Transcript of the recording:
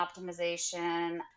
optimization